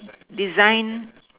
design